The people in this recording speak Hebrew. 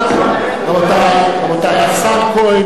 רבותי, רבותי, השר כהן הגיע.